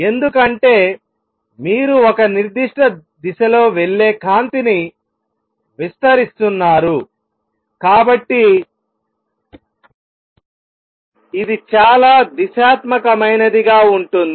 ఎందుకంటే మీరు ఒక నిర్దిష్ట దిశలో వెళ్లే కాంతిని విస్తరిస్తున్నారు కాబట్టి ఇది చాలా దిశాత్మకమైనదిగా ఉంటుంది